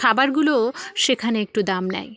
খাবারগুলোও সেখানে একটু দাম নেয়